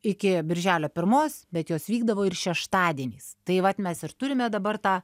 iki birželio pirmos bet jos vykdavo ir šeštadieniais tai vat mes ir turime dabar tą